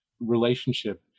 relationship